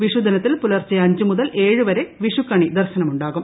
വിഷുദിനത്തിൽ പൂലർച്ചെ അഞ്ച് മുതൽ ഏഴുവരെ വിഷുക്കണി ദർശനമുണ്ടാകും